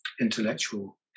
intellectual